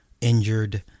injured